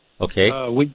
Okay